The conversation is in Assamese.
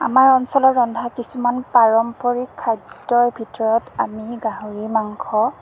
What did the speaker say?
আমাৰ অঞ্চলত ৰন্ধা কিছুমান পাৰম্পৰিক খাদ্যৰ ভিতৰত আমি গাহৰি মাংস